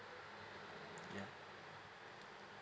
yeah